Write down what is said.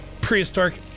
prehistoric